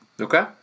Okay